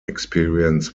experience